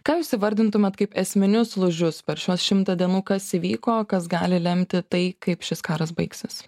ką jūs įvardintumėt kaip esminius lūžius per šiuos šimtą dienų kas įvyko kas gali lemti tai kaip šis karas baigsis